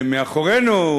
מאחורינו,